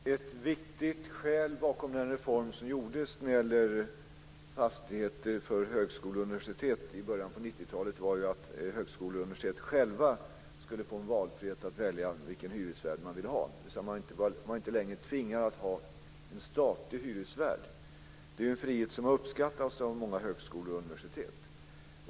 Fru talman! Ett viktigt skäl bakom den reform som gjordes när det gäller fastigheter för högskolor och universitet i början av 90-talet var ju att högskolor och universitet själva skulle få en valfrihet att välja vilken hyresvärd man ville ha. Man var alltså inte längre tvingad att ha en statlig hyresvärd. Det är en frihet som uppskattas av många högskolor och universitet.